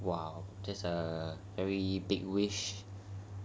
!wow! that's a very big wish